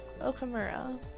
Okamura